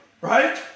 Right